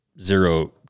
zero